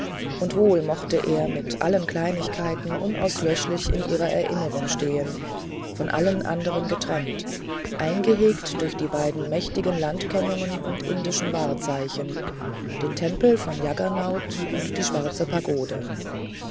und wohl mochte er mit allen kleinigkeiten unauslöschlich in ihrer erinnerung stehen von allen anderen getrennt eingehegt durch die beiden mächtigen landkennungen und indischen wahrzeichen den tempel von jaggernauth und die schwarze pagode